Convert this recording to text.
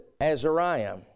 Azariah